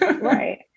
Right